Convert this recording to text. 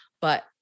but-